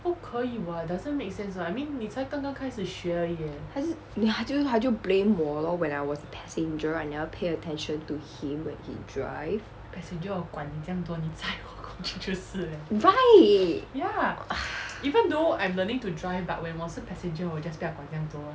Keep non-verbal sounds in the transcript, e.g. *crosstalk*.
他是他就他就 blame 我 lor when I was passenger I never pay attention to him when he drive right *breath*